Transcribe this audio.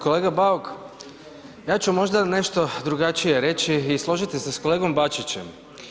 Kolega Bauk, ja ću možda nešto drugačije reći i složiti se sa kolegom Bačićem.